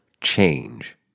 change